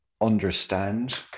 understand